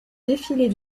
défilés